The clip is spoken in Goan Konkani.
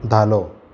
धालो